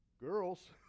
girls